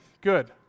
good